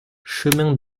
chemin